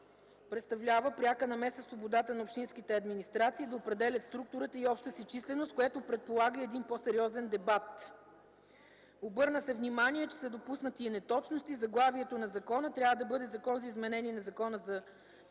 представлява пряка намеса в свободата на общинските администрации да определят структурата и общата си численост, което предполага и един по-сериозен дебат. Обърна се внимание, че са допуснати и неточности. Заглавието на закона трябва да бъде „Закон за изменение на Закона за